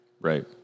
Right